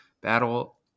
battle